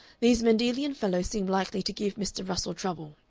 these mendelian fellows seem likely to give mr. russell trouble,